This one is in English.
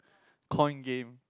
coin game